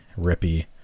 rippy